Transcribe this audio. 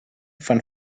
von